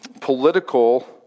political